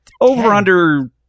Over-under